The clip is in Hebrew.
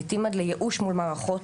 לעיתים עד לייאוש מול מערכות,